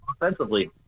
offensively